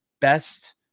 best